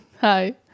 Hi